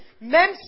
même